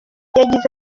yagize